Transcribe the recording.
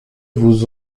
vous